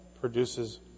produces